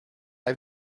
have